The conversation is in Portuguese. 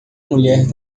mulher